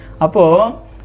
Apo